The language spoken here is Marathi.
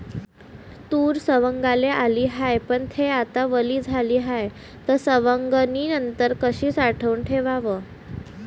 तूर सवंगाले आली हाये, पन थे आता वली झाली हाये, त सवंगनीनंतर कशी साठवून ठेवाव?